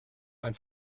ein